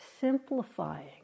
simplifying